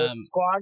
squad